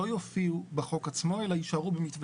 לא יופיעו בחוק עצמו אלא יישארו במתווה.